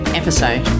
episode